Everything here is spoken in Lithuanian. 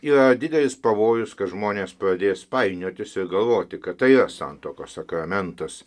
yra didelis pavojus kad žmonės pradės painiotis ir galvoti kad yra santuokos sakramentas